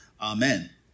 Amen